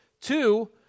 Two